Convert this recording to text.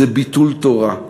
זה ביטול תורה?